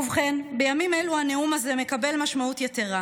ובכן, בימים אלו הנאום הזה מקבל משמעות יתרה.